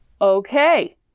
Okay